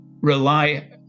rely